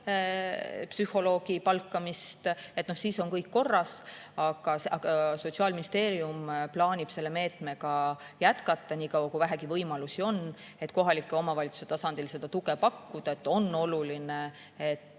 psühholoogide palkamist. No siis on kõik korras. Sotsiaalministeerium plaanib selle meetmega jätkata nii kaua, kui vähegi võimalusi on, et kohalike omavalitsuste tasandil seda tuge pakkuda. On oluline, et